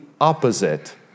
opposite